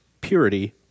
purity